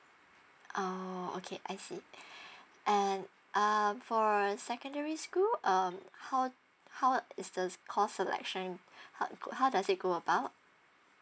orh okay I see and uh for secondary school um how how is the course selection um how does it go about